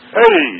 Hey